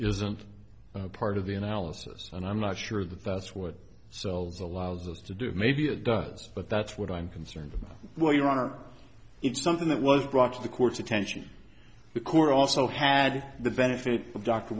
isn't part of the analysis and i'm not sure that that's what so allows us to do maybe it does but that's what i'm concerned about well your honor it's something that was brought to the court's attention the court also had the benefit